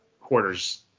quarters